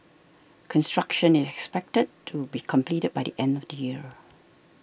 construction is expected to be completed by the end of next year